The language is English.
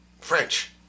French